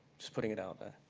just putting it out and